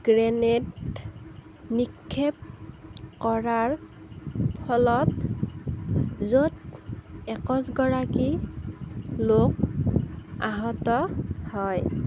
grenade নিক্ষেপ কৰাৰ ফলত য'ত একৈছ গৰাকী লোক আহত হয়